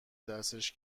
دستش